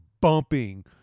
bumping